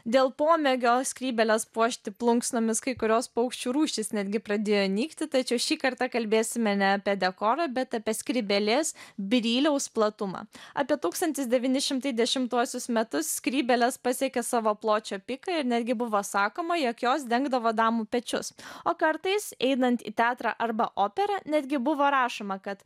dėl pomėgio skrybėles puošti plunksnomis kai kurios paukščių rūšys netgi pradėjo nykti tačiau šį kartą kalbėsime ne apie dekorą bet apie skrybėlės bryliaus platumą apie tūkstantis devyni šimtai dešimtuosius metus skrybėlės pasiekė savo pločio piką ir netgi buvo sakoma jog jos dengdavo damų pečius o kartais einant į teatrą arba operą netgi buvo rašoma kad